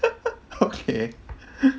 okay